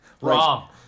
wrong